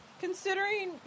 Considering